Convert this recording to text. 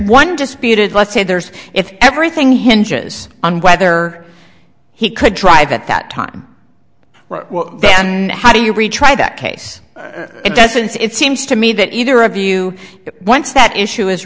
one disputed let's say there's if everything hinges on whether he could drive at that time well and how do you retry that case it doesn't so it seems to me that either of you once that issue is